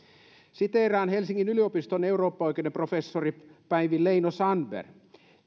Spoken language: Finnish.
siteeraan helsingin yliopiston eurooppaoikeuden professori päivi leino sandbergia